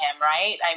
Right